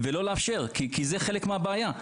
זו חלק מהבעיה.